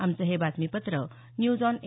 आमचं हे बातमीपत्र न्यूज आॅन ए